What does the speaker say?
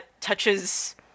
touches